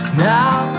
now